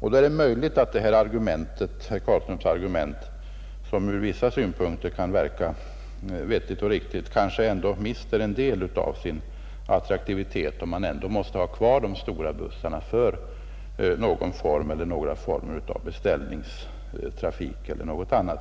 Det är möjligt att herr Carlströms argument, som från vissa synpunkter kan verka vettigt och riktigt, mister en del av sin attraktivitet om man ändå måste ha kvar stora bussar för beställningstrafik eller annat.